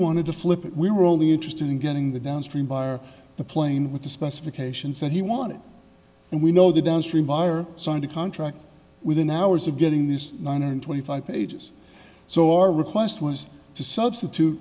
wanted to flip it we were only interested in getting the downstream buyer the plane with the specifications that he wanted and we know the downstream buyer signed a contract within hours of getting this one hundred twenty five pages so our request was to substitute